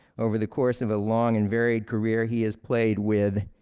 over the course of a long and varied career, he has played with,